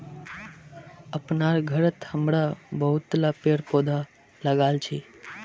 अपनार घरत हमरा बहुतला पेड़ पौधा लगाल छि